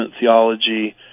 theology